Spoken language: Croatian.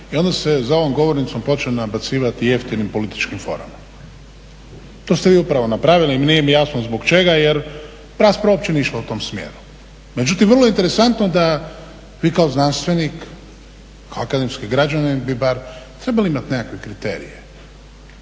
i onda se za ovom govornicom počne nabacivati jeftinim političkim forama. To ste vi upravo napravili i nije mi jasno zbog čega jer rasprava uopće nije išla u tom smjeru. Međutim, vrlo je interesantno da vi kao znanstvenik, akademski građanin bi barem trebali imati nekakve kriterije.